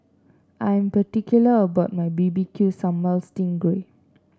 I'm particular about my B B Q sambal sting